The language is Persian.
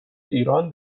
ایران